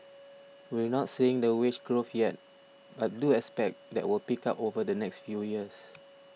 we're not seeing the wage growth yet but do expect that will pick up over the next few years